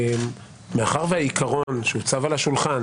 מאחר שהעיקרון שהוצב על השולחן